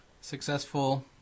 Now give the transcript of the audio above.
Successful